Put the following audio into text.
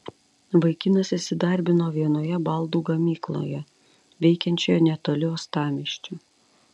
vaikinas įsidarbino vienoje baldų gamykloje veikiančioje netoli uostamiesčio